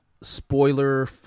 spoiler